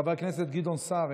חבר הכנסת גדעון סער,